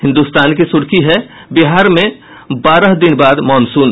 हिन्दुस्तान की सुर्खी है बिहार में बारह दिन बाद मॉनसून